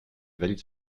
valide